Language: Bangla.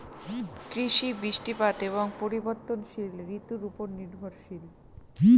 কৃষি বৃষ্টিপাত এবং পরিবর্তনশীল ঋতুর উপর নির্ভরশীল